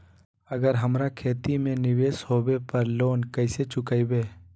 अगर हमरा खेती में निवेस होवे पर लोन कैसे चुकाइबे?